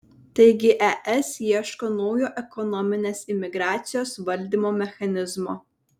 taigi es ieško naujo ekonominės imigracijos valdymo mechanizmo